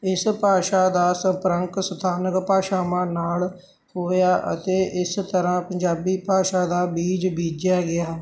ਇਸ ਭਾਸ਼ਾ ਦਾ ਸੰਪਰਕ ਸਥਾਨਕ ਭਾਸ਼ਾਵਾਂ ਨਾਲ ਹੋਇਆ ਅਤੇ ਇਸ ਤਰ੍ਹਾਂ ਪੰਜਾਬੀ ਭਾਸ਼ਾ ਦਾ ਬੀਜ ਬੀਜਿਆ ਗਿਆ